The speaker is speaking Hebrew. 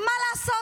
מה לעשות,